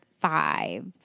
five